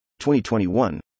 2021